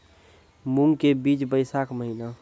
मूंग के बीज बैशाख महीना